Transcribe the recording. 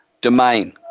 domain